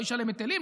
לא ישלם היטלים,